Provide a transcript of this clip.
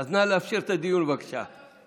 אז נא לאפשר את הדיון, בבקשה.